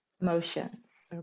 motions